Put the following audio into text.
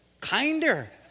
kinder